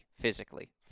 physically